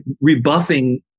rebuffing